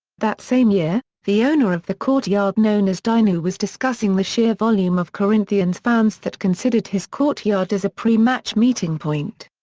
that same year, the owner of the courtyard known as dinho was discussing the sheer volume of corinthians fans that considered his courtyard as a pre-match meeting point.